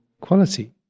quality